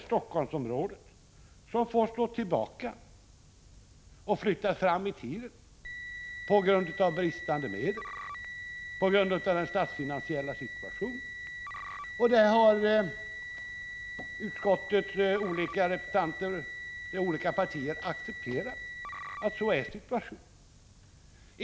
Helsingforssområdet, som får stå tillbaka och flyttas fram i tiden — på grund av brist på medel, på grund av den statsfinansiella situationen. Partiernas representanter i utskottet har accepterat att situationen är sådan.